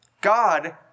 God